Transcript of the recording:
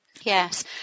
Yes